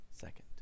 second